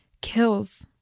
kills